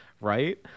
Right